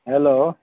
hello